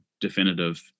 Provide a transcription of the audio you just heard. definitive